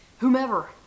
whomever